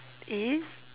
if